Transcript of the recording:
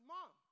Mom